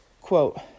Quote